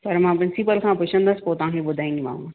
पर मां प्रिंसिपल खां पुछंदसि पोइ तव्हांखे ॿुधाईंदी मांव